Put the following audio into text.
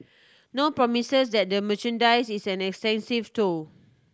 no promises that the merchandise is an extensive though